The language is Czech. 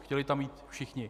Chtěli tam jít všichni.